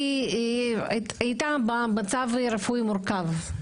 הייתה במצב רפואי מורכב,